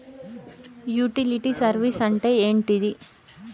Utility service అంటే ఏంటిది?